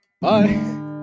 Bye